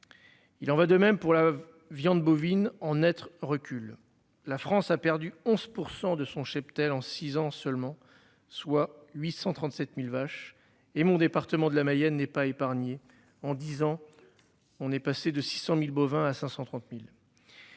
Il en va de même pour la viande bovine en Net recul. La France a perdu 11% de son cheptel en six ans seulement, soit 837.000 vaches et mon département de la Mayenne n'est pas épargnée. En 10 ans. On est passé de 600.000 bovins à 530.000.